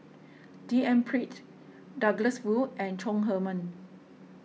D N Pritt Douglas Foo and Chong Heman